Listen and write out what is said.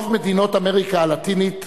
רוב מדינות אמריקה הלטינית